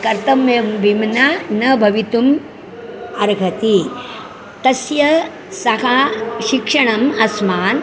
कर्तव्यं विना न भवितुम् अर्हति तस्य सह शिक्षणम् अस्मान्